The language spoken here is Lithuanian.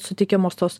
suteikiamos tos